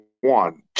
one